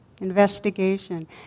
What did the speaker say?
investigation